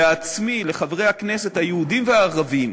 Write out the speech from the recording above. לעצמי, לחברי הכנסת, היהודים והערבים,